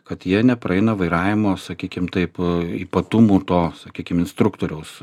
kad jie nepraeina vairavimo sakykim taip ypatumų to sakykim instruktoriaus